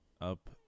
up